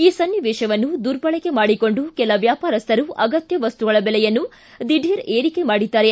ಈ ಸನ್ನಿವೇಶವನ್ನು ದುರ್ಬಳಕೆ ಮಾಡಿಕೊಂಡು ಕೆಲ ವ್ಯಾಪಾರಸ್ಥರು ಅಗತ್ಯ ವಸ್ತುಗಳ ಬೆಲೆಯನ್ನು ದಿಢೀರ್ ಏರಿಕೆ ಮಾಡಿದ್ದಾರೆ